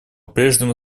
прежнему